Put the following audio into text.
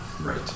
Right